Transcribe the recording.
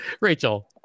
rachel